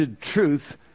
truth